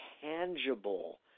tangible